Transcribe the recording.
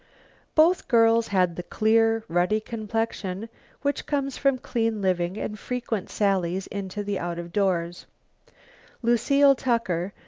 both girls had the clear, ruddy complexion which comes from clean living and frequent sallies into the out-of-doors. lucile tucker,